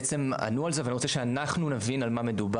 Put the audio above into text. בעצם ענו על זה ואני רוצה שאנחנו נבין על מה מדובר,